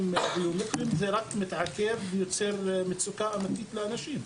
הביומטריים זה רק מתעכב ויוצר מצוקה אמיתית לאנשים.